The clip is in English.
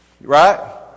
Right